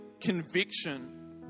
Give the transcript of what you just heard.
conviction